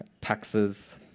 Taxes